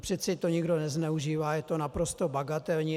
Přece to nikdo nezneužívá, je to naprosto bagatelní.